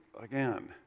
again